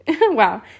Wow